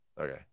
Okay